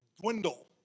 dwindle